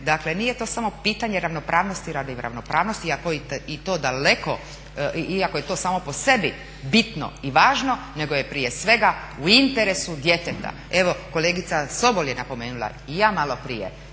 dakle nije to samo pitanje ravnopravnosti radi ravnopravnosti iako je to samo po sebi bitno i važno, nego je prije svega u interesu djeteta. Evo kolegica Sobol je napomenula i ja malo prije,